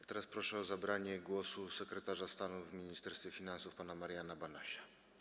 A teraz proszę o zabranie głosu sekretarza stanu w Ministerstwie Finansów pana Mariana Banasia.